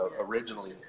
originally